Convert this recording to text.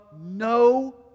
no